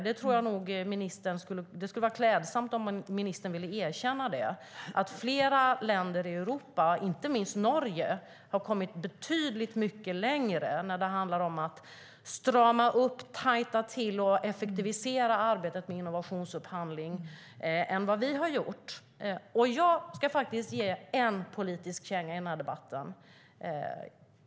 Det skulle vara klädsamt om ministern ville erkänna det, att flera länder i Europa, inte minst Norge, har kommit betydligt längre när det handlar om att strama upp, tajta till och effektivisera arbetet med innovationsupphandling än vi har gjort. Jag ska faktiskt ge en politisk känga i den här debatten.